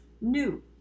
new